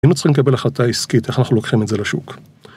הינו צריכים לקבל החלטה עסקית, איך אנחנו לוקחים את זה לשוק?